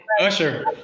Usher